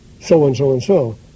so-and-so-and-so